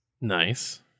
Nice